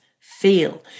feel